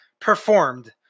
performed